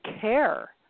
care